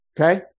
okay